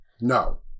No